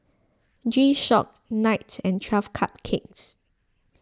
G Shock Knight and twelve Cupcakes